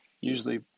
usually